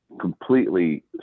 completely